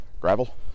gravel